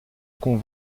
com